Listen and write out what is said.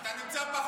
אתה נמצא פחות.